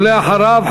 ואחריו,